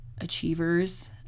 achievers